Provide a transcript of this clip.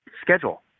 schedule